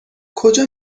کجا